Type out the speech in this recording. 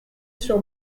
sur